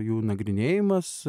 jų nagrinėjimas